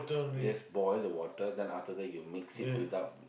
just boil the water then after that you mixed without